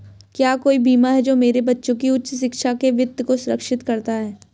क्या कोई बीमा है जो मेरे बच्चों की उच्च शिक्षा के वित्त को सुरक्षित करता है?